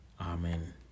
Amen